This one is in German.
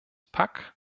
pack